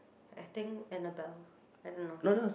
I think Annabelle I don't know